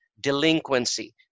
delinquency